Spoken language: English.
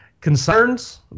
Concerns